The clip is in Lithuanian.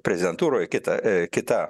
prezidentūroj kita kita